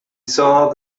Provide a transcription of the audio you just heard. saw